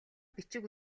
бичиг